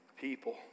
people